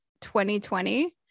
2020